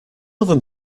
oven